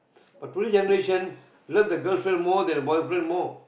but today generation love the girlfriend more than the boyfriend more